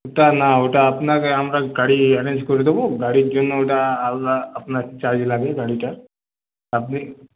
ওটা না ওটা আপনাকে আমরা গাড়ি অ্যারেঞ্জ করে দোবো গাড়ির জন্য ওটা আলাদা আপনার চার্জ লাগে গাড়িটা আপনি